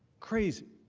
crazy.